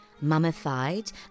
mummified